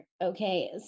okay